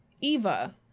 Eva